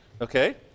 okay